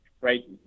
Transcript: Right